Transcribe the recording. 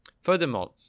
Furthermore